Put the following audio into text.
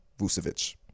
Vucevic